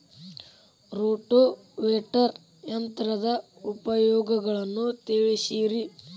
rotavator ಯಂತ್ರದ ಉಪಯೋಗಗಳನ್ನ ತಿಳಿಸಿರಿ